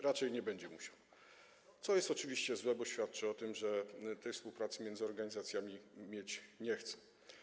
Raczej nie będzie musiał, co jest oczywiście złe, bo świadczy o tym, że tej współpracy między organizacjami mieć nie chce.